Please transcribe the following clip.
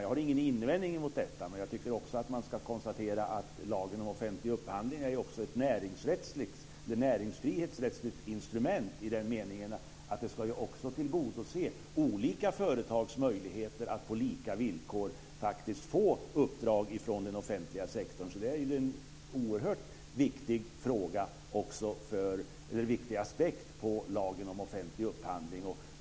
Jag har ingen invändning mot detta, men jag tycker att man ska konstatera att lagen om offentlig upphandling också är ett näringsfrihetsrättsligt instrument i den meningen att det ska tillgodose olika företags möjligheter att på lika villkor få uppdrag från den offentliga sektorn. Det är en oerhört viktig aspekt på lagen om offentlig upphandling.